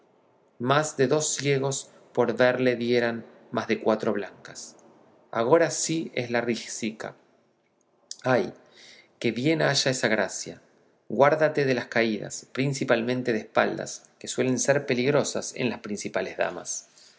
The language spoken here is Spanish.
más de dos ciegos por verle dieran más de cuatro blancas agora sí es la risica ay que bien haya esa gracia guárdate de las caídas principalmente de espaldas que suelen ser peligrosas en las principales damas